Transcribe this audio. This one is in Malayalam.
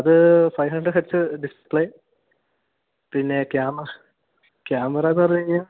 അത് ഫൈവ് ഹണ്ട്രെഡ് ഹെർട്സ് ഡിസ്പ്ലെ പിന്നെ ക്യാമറ ക്യാമറയെന്ന് പറഞ്ഞുകഴിഞ്ഞാല്